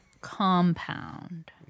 compound